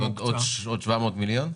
עוד 700 מיליון?